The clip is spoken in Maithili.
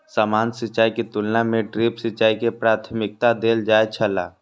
सामान्य सिंचाई के तुलना में ड्रिप सिंचाई के प्राथमिकता देल जाय छला